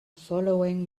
following